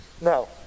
No